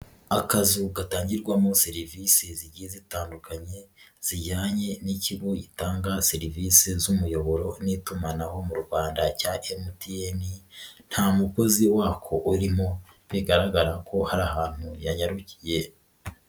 Akazu gatangirwamo serivisi zigiye zitandukanye, zijyanye n'ikigo gitanga serivisi z'umuyoboro n'itumanaho mu Rwanda cya MTN, nta mukozi wako urimo bigaragara ko hari ahantu yanyarukiye.